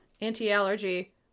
anti-allergy